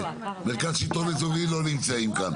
מרכז השלטון האזורי לא נמצאים כאן.